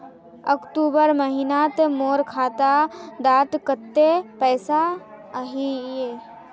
अक्टूबर महीनात मोर खाता डात कत्ते पैसा अहिये?